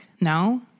no